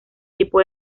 tipo